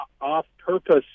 off-purpose